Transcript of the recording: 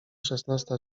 szesnasta